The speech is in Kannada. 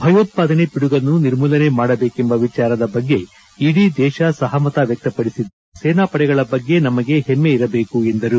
ಭಯೋತ್ವಾದನೆ ಪಿಡುಗನ್ನು ನಿರ್ಮೂಲನೆ ಮಾಡಬೇಕೆಂಬ ವಿಚಾರದ ಬಗ್ಗೆ ಇಡೀ ದೇಶ ಸಹಮತ ವ್ಯಕ್ತಪಡಿಸಿದೆ ನಮ್ಮ ಸೇನಾಪಡೆಗಳ ಬಗ್ಗೆ ನಮಗೆ ಹೆಮ್ಮೆ ಇರಬೇಕು ಎಂದರು